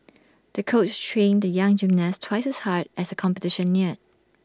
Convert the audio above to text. the coach trained the young gymnast twice as hard as the competition neared